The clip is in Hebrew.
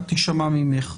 ממך.